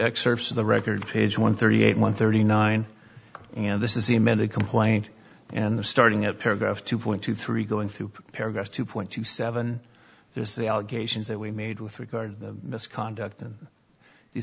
excerpts of the record page one thirty eight one thirty nine and this is the amended complaint and the starting at paragraph two point two three going through paragraph two point two seven there is the allegations that we made with regard misconduct and you